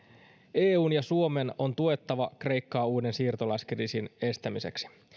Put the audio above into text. eun ja suomen on tuettava kreikkaa uuden siirtolaiskriisin estämiseksi